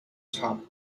top